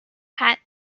hat